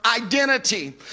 identity